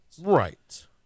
Right